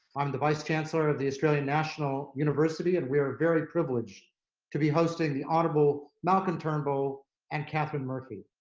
i'm the vice chancellor of the australian national university. and we are very privileged to be hosting the honorable malcolm turnbull and katharine murphy.